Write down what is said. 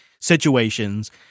situations